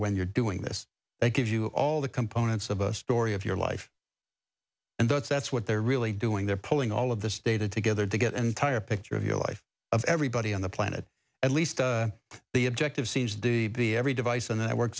when you're doing this that gives you all the components of a story of your life and that's that's what they're really doing they're pulling all of this data together to get an entire picture of your life of everybody on the planet at least the objective seems the be every device and that work